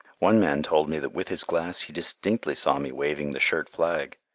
one man told me that with his glass he distinctly saw me waving the shirt flag.